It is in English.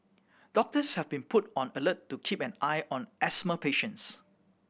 doctors have been put on alert to keep an eye on asthma patients